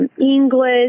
English